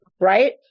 right